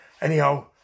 Anyhow